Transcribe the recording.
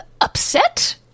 upset